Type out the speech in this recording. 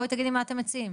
בואי תגידי מה אתם מציעים.